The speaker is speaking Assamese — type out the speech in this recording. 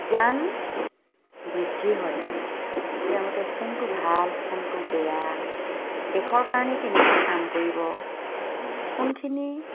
জ্ঞান বৃদ্ধি হয় তেওঁলোকে কোনটো ভাল কোনটো বেয়া দেশৰ কাৰণে কেনেকৈ কাম কৰিব কোনখিনি